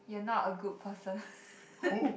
you're not a good person